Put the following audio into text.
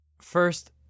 First